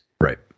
Right